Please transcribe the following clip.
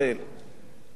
ביקורת כן,